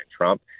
Trump